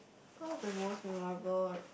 one of the most memorable